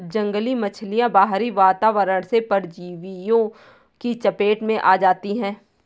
जंगली मछलियाँ बाहरी वातावरण से परजीवियों की चपेट में आ जाती हैं